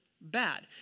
bad